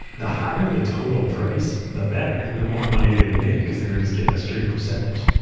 the higher the total price, the better, the more money they made because they were just getting a straight percentage.